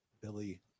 Billy